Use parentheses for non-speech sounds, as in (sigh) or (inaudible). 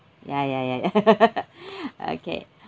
ya ya ya (laughs) okay